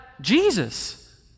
Jesus